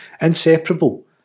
inseparable